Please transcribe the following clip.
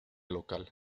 local